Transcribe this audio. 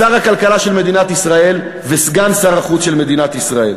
שר הכלכלה של מדינת ישראל וסגן שר החוץ של מדינת ישראל.